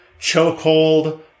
chokehold